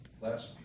last